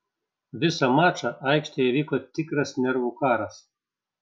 visą mačą aikštėje vyko tikras nervų karas